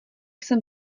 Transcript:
jsem